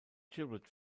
gilbert